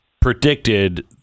predicted